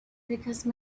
because